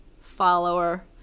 follower